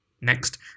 Next